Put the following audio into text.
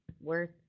worth